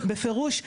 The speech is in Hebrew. בפירוש,